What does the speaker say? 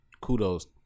Kudos